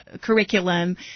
Curriculum